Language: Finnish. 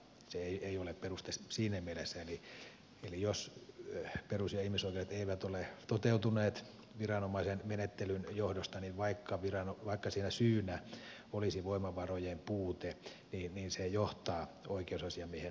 se ei ole peruste siinä mielessä eli jos perus ja ihmisoikeudet eivät ole toteutuneet viranomaisen menettelyn johdosta niin vaikka siinä syynä olisi voimavarojen puute niin se johtaa oikeusasiamiehen moitteeseen